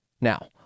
Now